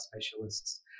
specialists